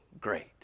great